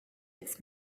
its